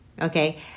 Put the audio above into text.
okay